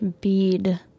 bead